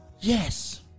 Yes